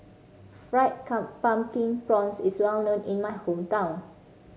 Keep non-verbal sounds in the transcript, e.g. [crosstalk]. fried [unintelligible] pumpkin prawns is well known in my hometown